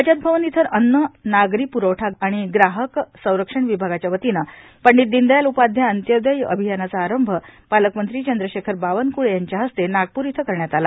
बचतभवन इथं अन्न नागरी प्रवठा आणि ग्राहक संरक्षण विभागाच्या वतीने पंडीत दीनदयाल उपाध्याय अंत्योदय अभियानाचा आरंभ पालकमंत्री चंद्रशेखर बावनक्ळे यांच्या हस्ते नागपूर इथं करण्यात आला